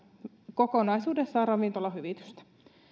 kokonaisuudessaan ravintolan hyvitystä